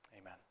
Amen